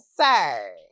sir